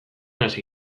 hasi